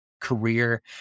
career